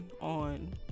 on